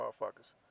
motherfuckers